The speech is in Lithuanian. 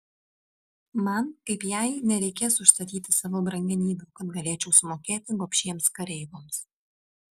man kaip jai nereikės užstatyti savo brangenybių kad galėčiau sumokėti gobšiems kareivoms